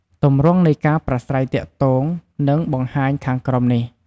ទម្រង់នៃការប្រាស្រ័យទាក់ទងនិងបង្ហាញខាងក្រោមនេះ។